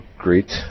great